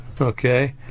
okay